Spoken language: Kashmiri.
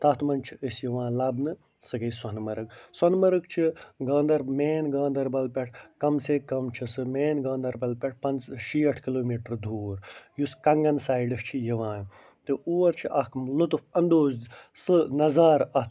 تَتھ مںٛز چھِ أسۍ یِوان لبنہٕ سۄ گٔے سۄنہٕ مرٕگ سۄنہٕ مرٕگ چھِ گانٛدر مین گانٛدربل پٮ۪ٹھ کم سے کم چھِ سُہ مین گانٛدربل پٮ۪ٹھ پٕنٛژٕ شیٹھ کِلوٗ میٖٹر دوٗر یُس کنٛگن سایڈٕ چھُ یِوان تہٕ اور چھِ اکھ لُطُف اندوز سٕہ نظارٕ اَتھ